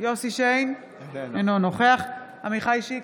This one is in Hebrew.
אינו נוכח עמיחי שיקלי,